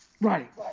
Right